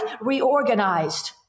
reorganized